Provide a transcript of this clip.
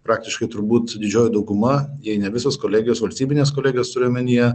praktiškai turbūt didžioji dauguma jei ne visos kolegijos valstybinės kolegijos turiu omenyje